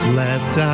left